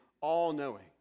all-knowing